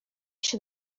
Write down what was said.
się